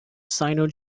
sino